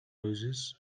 roses